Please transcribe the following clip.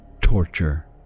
torture